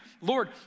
Lord